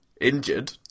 injured